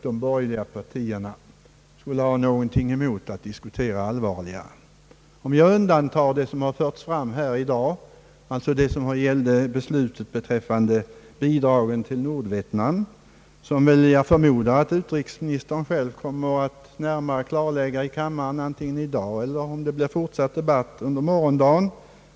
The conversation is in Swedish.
— de borgerliga partierna skulle ha något emot att diskutera allvarligare, om jag undantar det som förts fram här i dag, alltså det som gäller beslutet om bidragen til Nordvietnam, som utrikesministern själv förmodligen kommer att närmare belysa i kammaren antingen i dag eller under den fortsatta debatten under morgondagen.